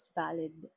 valid